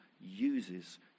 uses